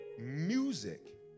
Music